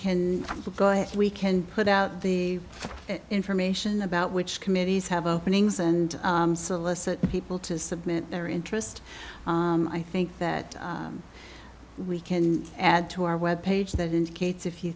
can go if we can put out the information about which committees have openings and solicit people to submit their interest i think that we can add to our web page that indicates if you